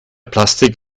plastik